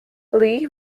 lee